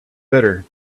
bitter